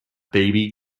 baby